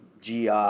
GI